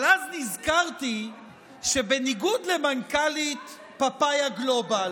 אבל אז נזכרתי שבניגוד למנכ"לית פאפאיה גלובל,